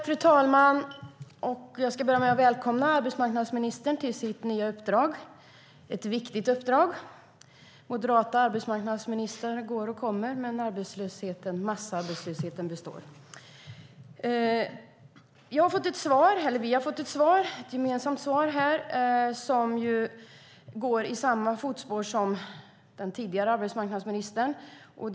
Fru talman! Jag ska börja med att välkomna arbetsmarknadsministern till hennes nya uppdrag. Det är ett viktigt uppdrag. Moderata arbetsmarknadsministrar kommer och går, men massarbetslösheten består. Vi har fått ett gemensamt svar som går i den tidigare arbetsmarknadsministerns fotspår.